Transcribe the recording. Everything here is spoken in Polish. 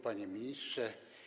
Panie Ministrze!